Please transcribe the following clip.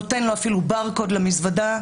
נותן לו אפילו ברקוד למזוודה,